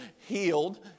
healed